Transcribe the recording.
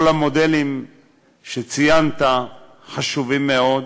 כל המודלים שציינת חשובים מאוד,